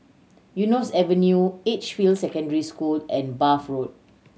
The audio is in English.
Eunos Avenue Edgefield Secondary School and Bath Road